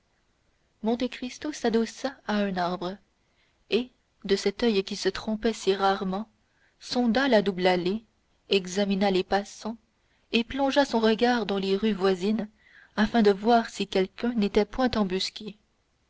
baptistin monte cristo s'adossa à un arbre et de cet oeil qui se trompait si rarement sonda la double allée examina les passants et plongea son regard dans les rues voisines afin de voir si quelqu'un n'était point embusqué